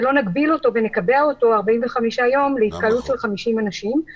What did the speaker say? ולא נגביל אותו ונקבע אותו 45 יום להתקהלות של 50 אנשים.